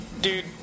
dude